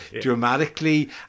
dramatically